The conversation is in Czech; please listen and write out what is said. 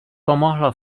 pomohlo